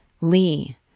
Lee